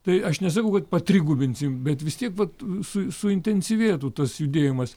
tai aš nesakau kad patrigubinsime bet vis tiek vat su suintensyvėtų tas judėjimas